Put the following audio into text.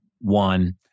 one